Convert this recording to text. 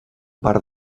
part